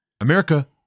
America